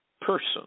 person